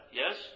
yes